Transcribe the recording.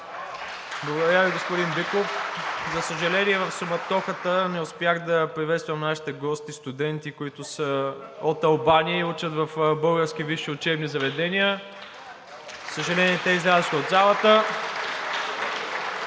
Благодаря Ви, господин Биков. За съжаление, в суматохата не успях да приветствам нашите гости, студенти, които са от Албания и учат в български висши учебни заведения. За съжаление, те излязоха от залата.